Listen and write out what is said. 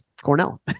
Cornell